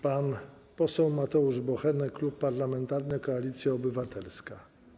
Pan poseł Mateusz Bochenek, Klub Parlamentarny Koalicja Obywatelska.